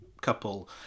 couple